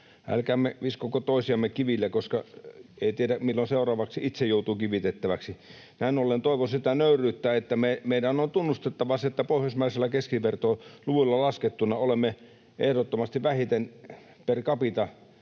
Älkäämme viskoko toisiamme kivillä, koska ei tiedä, milloin seuraavaksi itse joutuu kivitettäväksi. Näin ollen toivon sitä nöyryyttä, että meidän on tunnustettava se, että pohjoismaisilla keskivertoluvuilla laskettuna olemme ehdottomasti vähiten per capita